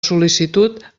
sol·licitud